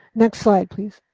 next slide, please.